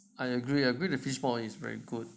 I agree I agree the fishball is very good